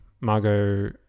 Margot